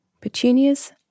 Petunias